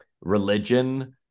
religion